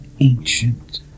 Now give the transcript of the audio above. ancient